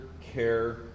care